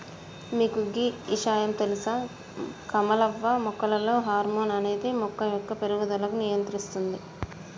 మీకు గీ ఇషయాం తెలుస కమలవ్వ మొక్కలలో హార్మోన్ అనేది మొక్క యొక్క పేరుగుదలకు నియంత్రిస్తుంది